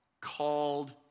called